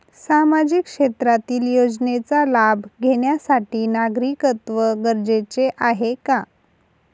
सामाजिक क्षेत्रातील योजनेचा लाभ घेण्यासाठी नागरिकत्व गरजेचे आहे का?